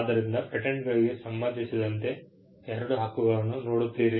ಆದ್ದರಿಂದ ಪೇಟೆಂಟ್ಗಳಿಗೆ ಸಂಬಂಧಿಸಿದಂತೆ ಎರಡು ಹಕ್ಕುಗಳನ್ನು ನೋಡುತ್ತೀರಿ